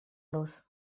los